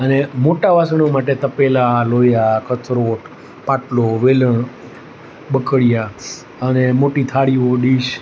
અને મોટાં વાસણો માટે તપેલાં લોયા કથરોટ પાટલો વેલણ બકડિયા અને મોટી થાળીઓ ડીશ